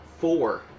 four